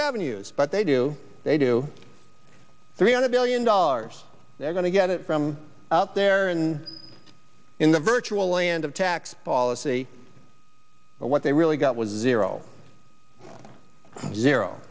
revenues but they do they do three hundred million dollars they're going to get it from out there and in the virtual land of tax policy what they really got was zero zero